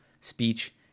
speech